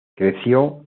creció